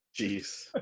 jeez